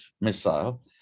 missile